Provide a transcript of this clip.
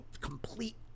complete